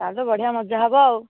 ତାହେଲେ ତ ବଢ଼ିଆ ମଜା ହେବ ଆଉ